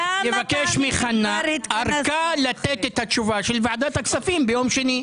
יבקש מחנה ארכה לתת את התשובה של ועדת הכספים ביום שני?